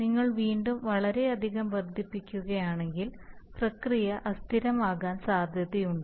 നിങ്ങൾ വീണ്ടും വളരെയധികം വർദ്ധിപ്പിക്കുകയാണെങ്കിൽ പ്രക്രിയ അസ്ഥിരമാകാൻ സാധ്യതയുണ്ട്